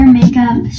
makeup